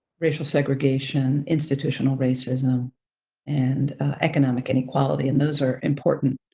racial segregation, institutional racism and economic inequality and those are important,